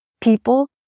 people